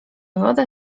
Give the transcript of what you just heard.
woda